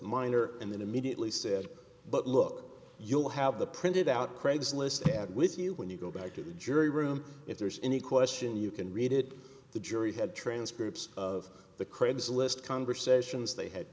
minor and then immediately said but look you'll have the printed out craig's list pad with you when you go back to the jury room if there's any question you can read it the jury had transcripts of the craigslist conversations they had